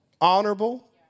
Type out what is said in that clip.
honorable